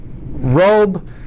robe